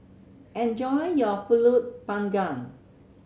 enjoy your Pulut Panggang